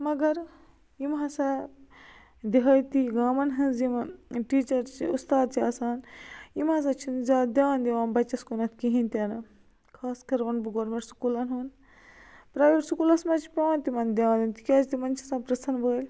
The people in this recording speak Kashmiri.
مگر یِمہٕ ہَسا دِہٲتی گامن ہٕنٛز یِمن ٹیٖچر چھِ اُستاد چھِ آسان یِم ہَسا چھِنہٕ زیادٕ دیان دِوان بَچس کُنتھ کِہیٖنۍ تہِ نہٕ خاص کَر وَنہٕ بہٕ گورمیٚنٹ سُکوٗلن ہُنٛد پریویٹ سُکوٗلن منٛز چھُ پیٚوان تِمن دیان دیُن تِکیٛازِ تِمن چھِ آسان پِرژھن وٲلۍ